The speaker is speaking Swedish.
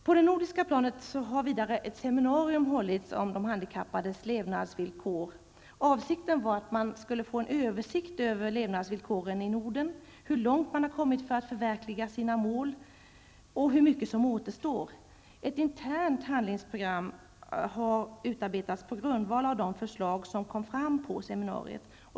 På det nordiska planet har vidare ett seminarium hållits om de handikappades levnadsvillkor. Avsikten var att åstadkomma en översikt över levnadsvillkoren i Norden samt att redovisa hur långt man har kommit när det gäller att förverkliga målsättningar och hur mycket som återstår. Ett internt handlingsprogram har utarbetats på grundval av de förslag som lades fram under seminariet.